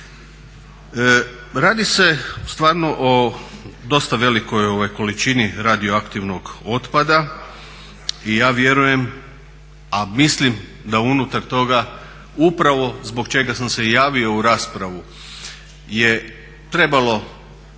Radi se stvarno o dosta velikoj količini radioaktivnog otpada i ja vjerujem, a mislim da unutar toga upravo zbog čega sam se i javio u raspravu je trebalo